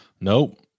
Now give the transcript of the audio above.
Nope